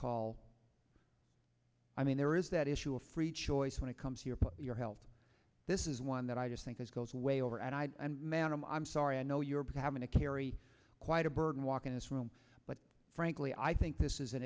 call i mean there is that issue of free choice when it comes here for your health this is one that i just think this goes way over and i and man i'm sorry i know you're busy having to carry quite a burden walk in this room but frankly i think this is an